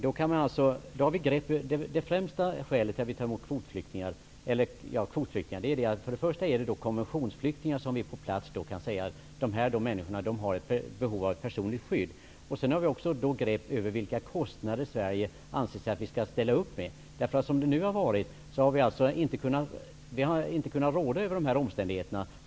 Det främsta skälet till det är att de är konventionsflyktingar. Vi kan på plats säga att dessa människor har behov av personligt skydd. Vi får också ett grepp om vilka kostnader Sverige anser sig kunna ställa upp med. Som det nu har varit har vi inte kunnat råda över dessa omständigheter.